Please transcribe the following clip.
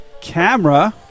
camera